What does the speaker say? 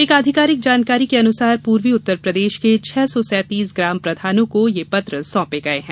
एक आधिकारिक जानकारी के अनुसार पूर्वी उत्तरप्रदेश के छह सौ सैतीस ग्राम प्रधानों को ये पत्र सौंपे गये हैं